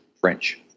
french